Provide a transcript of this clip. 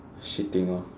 shitting hor